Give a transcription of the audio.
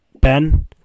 Ben